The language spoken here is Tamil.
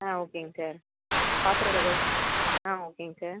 ஆ ஓகேங்க சார் பாத்திரம் விளக்கறது ஆ ஓகேங்க சார்